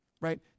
right